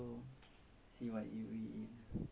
okay lah then I take one mineral water